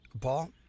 Paul